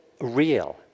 real